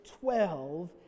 twelve